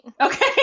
Okay